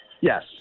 Yes